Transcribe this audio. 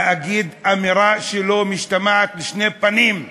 להגיד אמירה שלא משתמעת לשתי פנים.